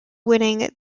winning